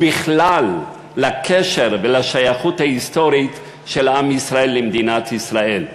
ובכלל לקשר ולשייכות ההיסטורית של עם ישראל למדינת ישראל.